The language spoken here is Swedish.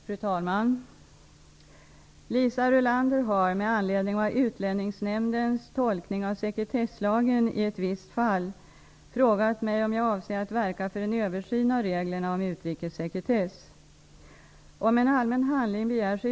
Fru talman! Liisa Rulander har, med anledning av Utlänningsnämndens tolkning av sekretesslagen i ett visst fall, frågat mig om jag avser att verka för en översyn av reglerna om utrikessekretess.